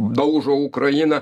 daužo ukrainą